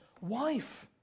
wife